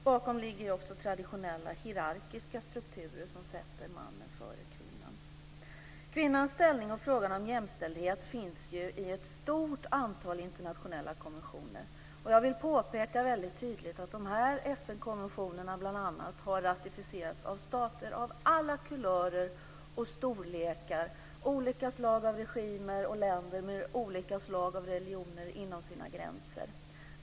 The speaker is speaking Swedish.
Bakom ligger också traditionella hierarkiska strukturer som sätter mannen före kvinnan. Kvinnans ställning och frågan om jämställdhet finns ju i ett stort antal internationella konventioner. Och jag vill väldigt tydligt påpeka att bl.a. dessa FN konventioner har ratificerats av stater av alla kulörer och storlekar, olika slag av regimer och länder med olika slag av religioner inom sina gränser.